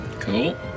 Cool